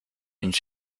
une